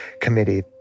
Committee